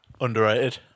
Underrated